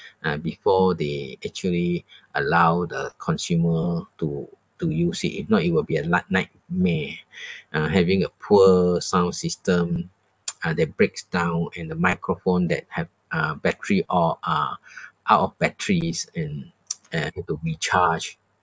ah before they actually allow the consumer to to use it if not it will be a night~ nightmare uh having a poor sound system uh that breaks down and the microphone that have uh battery all are out of batteries and uh need to recharge